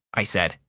i said.